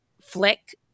flick